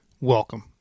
Welcome